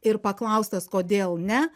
ir paklaustas kodėl ne